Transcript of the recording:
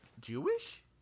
Jewish